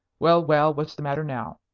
well, well what's the matter now?